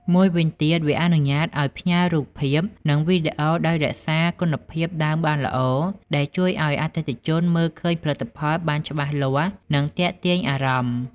មួយវិញទៀតវាអនុញ្ញាតឱ្យផ្ញើរូបភាព និងវីដេអូដោយរក្សាគុណភាពដើមបានល្អ ដែលជួយឱ្យអតិថិជនមើលឃើញផលិតផលបានច្បាស់លាស់ និងទាក់ទាញអារម្មណ៍។